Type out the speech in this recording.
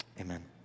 Amen